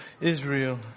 Israel